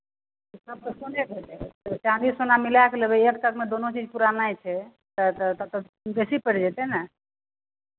सभ तऽ सोनेके लेबै चाँदी सोना मिलाए कऽ लेबै एतेकमे दुनू चीज पूरेनाइ छै तऽ तऽ तऽ तऽ बेसी पड़ि जेतै ने